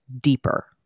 deeper